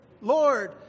Lord